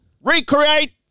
recreate